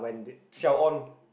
siao on